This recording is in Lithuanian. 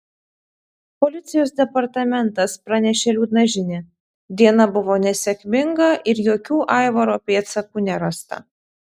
policijos departamentas pranešė liūdną žinią diena buvo nesėkminga ir jokių aivaro pėdsakų nerasta